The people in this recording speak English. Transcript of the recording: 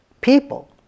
people